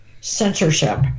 censorship